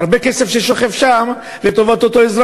הרבה כסף ששוכב שם לטובת אותו אזרח,